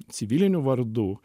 civilinių vardų